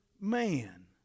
man